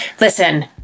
Listen